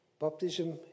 Baptism